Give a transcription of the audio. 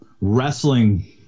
wrestling